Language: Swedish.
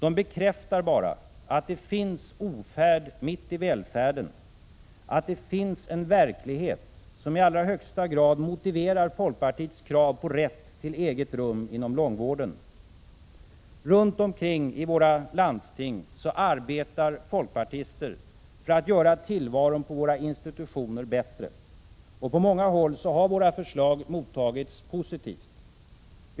De bekräftar bara att det finns ofärd mitt i välfärden, att det finns en verklighet som i allra högsta grad motiverar folkpartiets krav på rätt till eget rum inom långvården. Runt omkring i våra landsting arbetar folkpartister för att göra tillvaron på våra institutioner bättre. På många håll har våra förslag mottagits positivt.